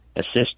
assist